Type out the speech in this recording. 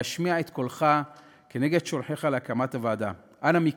להשמיע את קולו כנגד שולחיו לוועדה: אנא מכם,